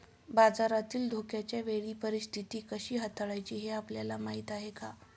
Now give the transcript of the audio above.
बाजारातील धोक्याच्या वेळी परीस्थिती कशी हाताळायची हे आपल्याला माहीत आहे का?